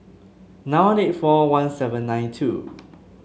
nine one eight four one seven nine two